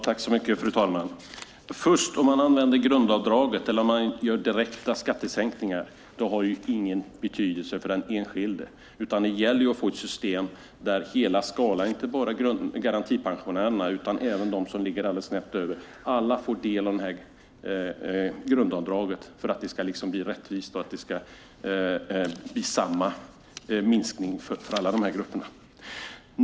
Fru talman! Om man använder grundavdraget eller gör direkta skattesänkningar har ingen betydelse för den enskilde, utan det gäller att få ett system där alla, hela skalan, inte bara garantipensionärerna utan även de som ligger strax över, får del av grundavdraget för att det ska bli rättvist och för att alla grupper ska få samma minskning.